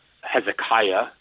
Hezekiah